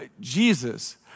Jesus